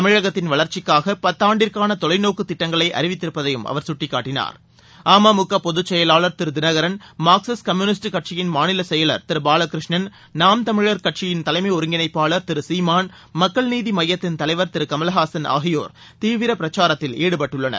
தமிழகத்தின் வளர்ச்சிக்காக பத்தாண்டிற்கான தொலைநோக்கு திட்டங்களை அறிவித்திருப்பதையும் அவர் சுட்டிக்காட்டினார் அமமுக பொதுச் செயலாளர் திரு தினகரன் மார்க்சிஸ்ட் கம்யூனிஸ்ட் கட்சியின் மாநிலச் செயலர் திரு பாலகிருஷ்ணன் நாம் தமிழர் கட்சியின் தலைமை ஒருங்கிணைப்பாளர் திரு சீமான் மக்கள் நீதி மையத்தின் தலைவர் திரு கமலஹாசன் ஆகியோர் தீவிர பிரச்சாரத்தில் ஈடுபட்டுள்ளனர்